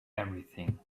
everything